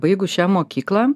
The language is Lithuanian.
baigus šią mokyklą